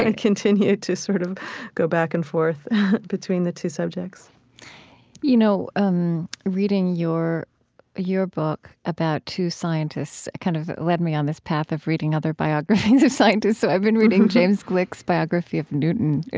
and continue to sort of go back and forth between the two subjects you know um reading your your book about two scientists kind of led me on this path of reading other biographies of scientists. so i've been reading james gleick's biography of newton,